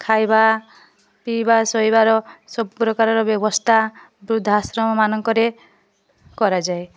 ଖାଇବା ପିଇବା ଶୋଇବାର ସବୁ ପ୍ରକାରର ବ୍ୟବସ୍ଥା ବୃଦ୍ଧା ଆଶ୍ରମ ମାନଙ୍କରେ କରାଯାଏ